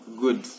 good